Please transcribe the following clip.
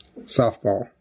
Softball